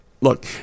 look